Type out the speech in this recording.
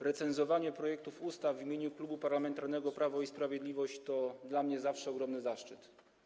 Recenzowanie projektów ustaw w imieniu Klubu Parlamentarnego Prawo i Sprawiedliwość to dla mnie zawsze ogromny zaszczyt.